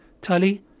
Tully